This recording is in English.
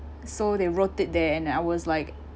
so they wrote it there and then I was like